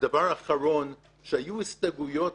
דבר אחרון, היו הסתייגויות